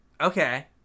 Okay